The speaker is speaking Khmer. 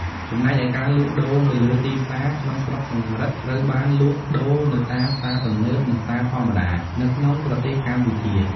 ចំណែកឯការលក់ដូរនៅលើទីផ្សារក្នុងស្រុកចង្រិតត្រូវបានលក់ដូរនៅតាម ផ្សារទំនើប និងផ្សារធម្មតា នៅក្នុងប្រទេសកម្ពុជា។